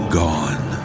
gone